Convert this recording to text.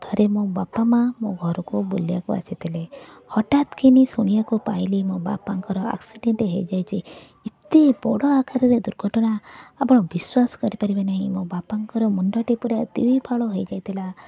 ଥରେ ମୋ ବାପା ମାଁ ମୋ ଘରକୁ ବୁଲିବାକୁ ଆସିଥିଲେ ହଠାତ୍ କିନି ଶୁଣିବାକୁ ପାଇଲି ମୋ ବାପାଙ୍କର ଆକ୍ସିଡ଼େଣ୍ଟ ହେଇଯାଇଛି ଏତେ ବଡ଼ ଆକାରରେ ଦୁର୍ଘଟଣା ଆପଣ ବିଶ୍ଵାସ କରିପାରିବେ ନାହିଁ ମୋ ବାପାଙ୍କର ମୁଣ୍ଡଟି ପୁରା ଦୁଇଫାଳ ହୋଇଯାଇଥିଲା